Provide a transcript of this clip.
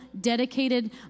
dedicated